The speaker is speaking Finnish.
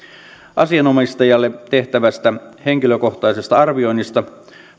asianomistajalle tehtävästä henkilökohtaisesta arvioinnista